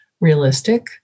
realistic